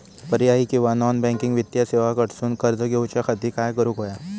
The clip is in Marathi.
पर्यायी किंवा नॉन बँकिंग वित्तीय सेवा कडसून कर्ज घेऊच्या खाती काय करुक होया?